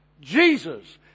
Jesus